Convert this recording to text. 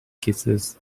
kisses